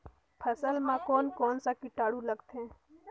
फसल मा कोन कोन सा कीटाणु लगथे?